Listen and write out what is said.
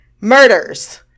murders